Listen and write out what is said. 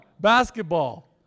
basketball